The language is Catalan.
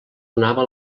donava